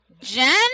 Jen